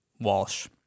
Walsh